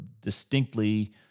distinctly